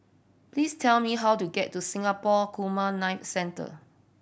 please tell me how to get to Singapore Gamma Knife Centre